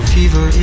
Fever